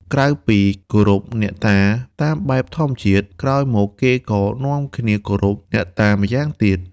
ក្រៅពីគោរពអ្នកតាតាមបែបធម្មជាតិ ក្រោយមកគេក៏នាំគ្នាគោរពអ្នកតាម្យ៉ាងទៀត។